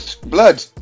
blood